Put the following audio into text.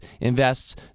invests